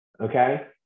okay